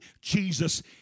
Jesus